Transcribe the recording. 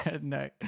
no